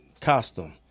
costume